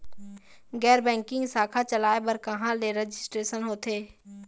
गैर बैंकिंग शाखा चलाए बर कहां ले रजिस्ट्रेशन होथे?